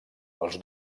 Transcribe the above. els